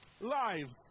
lives